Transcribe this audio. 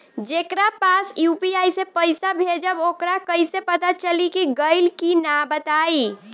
जेकरा पास यू.पी.आई से पईसा भेजब वोकरा कईसे पता चली कि गइल की ना बताई?